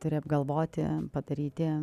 turi apgalvoti padaryti